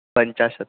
पञ्चाशत्